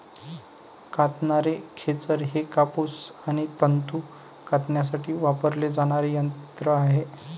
कातणारे खेचर हे कापूस आणि तंतू कातण्यासाठी वापरले जाणारे यंत्र आहे